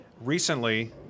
recently